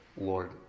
Lord